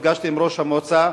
נפגשתי עם ראש המועצה,